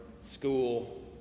school